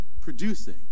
producing